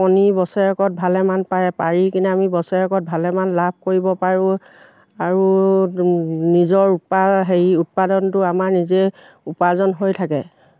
কণী বছৰেকত ভালেমান পাৰে পাৰি কিনে আমি বছৰেকত ভালেমান লাভ কৰিব পাৰোঁ আৰু নিজৰ উৎপাদনটো আমাৰ নিজে উপাৰ্জন হৈ থাকে